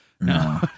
No